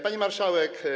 Pani Marszałek!